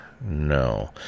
No